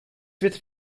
wird